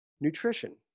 Nutrition